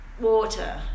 water